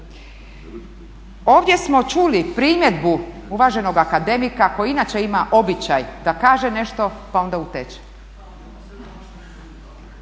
Ovdje smo čuli primjedbu uvaženog akademika koji inače ima običaj da kaže nešto pa onda uteče.